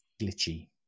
glitchy